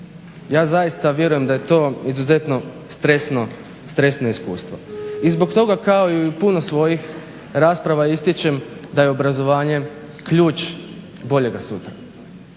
Ja zaista vjerujem da je to izuzetno stresno iskustvo. I zbog toga kao i u puno svojih rasprava ističem da je obrazovanje ključ boljega sutra